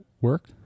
work